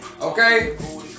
Okay